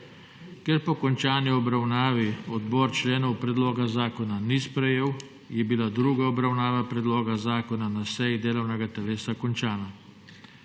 Ker po končani obravnavi odbor členov predloga zakona ni sprejel, je bila druga obravnava predloga zakona na seji delovnega telesa končana.